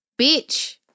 bitch